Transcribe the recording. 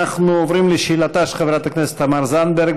אנחנו עוברים לשאלתה של חברת הכנסת תמר זנדברג,